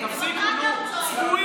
הזו במפלגה הטוטליטרית?